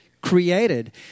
created